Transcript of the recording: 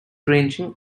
ranging